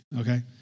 Okay